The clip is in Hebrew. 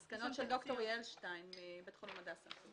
יש מסקנות של ד"ר יעל שטיין מבית חולים הדסה.